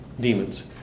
demons